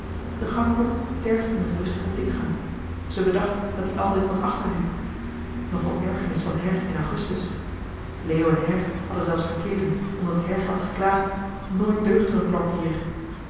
de gangklok tergde met rustigen tikgang ze bedacht dat die altijd wat achterliep nog tot ergernis van her in augustus leo en her hadden zelfs gekeven omdat her had geklaagd nooit deugt er een klok hier